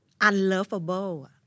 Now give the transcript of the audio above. Unlovable